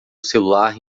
celular